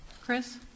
Chris